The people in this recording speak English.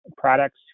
products